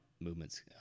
movements